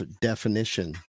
definition